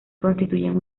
constituyen